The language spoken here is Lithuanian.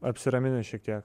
apsiramini šiek tiek